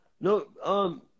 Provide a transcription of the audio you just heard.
no